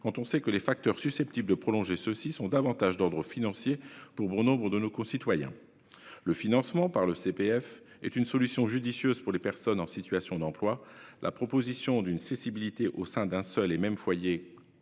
quand on sait que les facteurs susceptibles de prolonger ceux-ci sont davantage d'ordre financier pour bon nombre de nos concitoyens. Le financement par le CPF est une solution judicieuse pour les personnes en emploi. La proposition d'une cessibilité au sein d'un seul et même foyer,